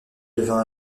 devint